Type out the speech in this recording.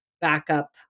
backup